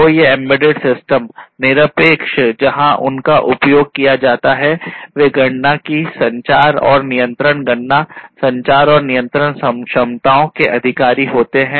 तो ये embedded system निरपेक्ष जहां उनका उपयोग किया जाता है वे गणना की संचार और नियंत्रण गणना संचार और नियंत्रण क्षमताओं के अधिकारी होते हैं